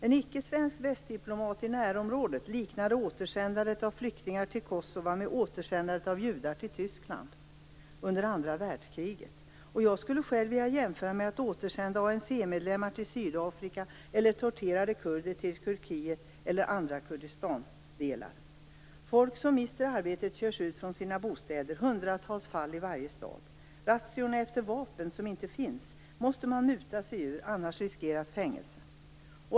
En icke-svensk västdiplomat i närområdet liknar återsändandet av flyktingar till Kosova med återsändandet av judar till Tyskland under andra världskriget. Jag skulle själva vilja jämföra med att sända ANC-medlemmar till Sydafrika eller torterade kurder till Turkiet eller andra delar av Kurdistan. Människor som mister arbetet körs ut från sina bostäder. Det är hundratals fall i varje stad. Razziorna efter vapen måste man muta sig ur, annars riskeras fängelse.